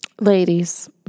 ladies